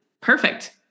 perfect